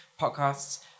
podcasts